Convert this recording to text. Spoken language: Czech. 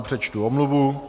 Přečtu omluvu.